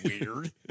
Weird